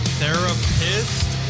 therapist